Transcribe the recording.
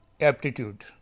aptitude